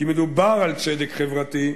כי מדובר על צדק חברתי.